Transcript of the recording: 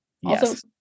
yes